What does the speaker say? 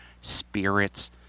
spirits